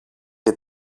και